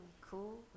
cool